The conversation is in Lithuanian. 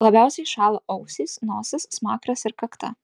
labiausiai šąla ausys nosis smakras ir kakta